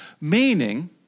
meaning